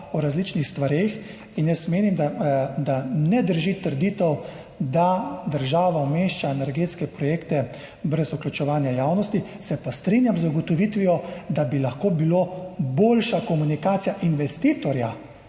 o različnih stvareh. In jaz menim, da ne drži trditev, da država umešča energetske projekte brez vključevanja javnosti. Se pa strinjam z ugotovitvijo, da bi lahko bila boljša komunikacija investitorja